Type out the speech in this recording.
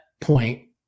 point